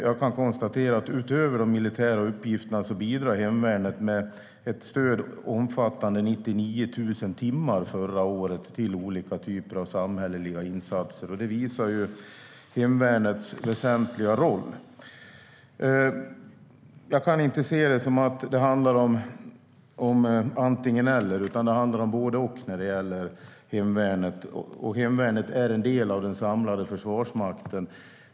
Jag kan konstatera att utöver de militära uppgifterna bidrog hemvärnet med ett stöd omfattande 99 000 timmar förra året till olika typer av samhälleliga insatser. Detta visar hemvärnets väsentliga roll. Jag kan inte se att det handlar om antingen eller, utan det är handlar om både och när det gäller hemvärnet. Hemvärnet är en del av den samlade Försvarsmakten.